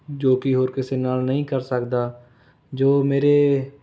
ਜੋ ਕਿ ਹੋਰ ਕਿਸੇ ਨਾਲ਼ ਨਹੀਂ ਕਰ ਸਕਦਾ ਜੋ ਮੇਰੇ